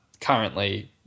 currently